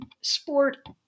sport